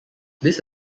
this